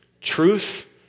truth